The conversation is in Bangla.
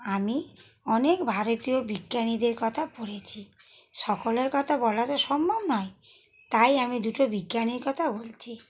আমি অনেক ভারতীয় বিজ্ঞানীদের কথা পড়েছি সকলের কথা বলা তো সম্ভব নয় তাই আমি দুটো বিজ্ঞানীর কথা বলছি